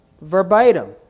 Verbatim